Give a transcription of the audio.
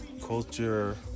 culture